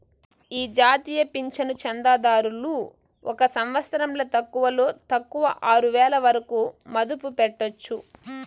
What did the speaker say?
ఈ జాతీయ పింఛను చందాదారులు ఒక సంవత్సరంల తక్కువలో తక్కువ ఆరువేల వరకు మదుపు పెట్టొచ్చు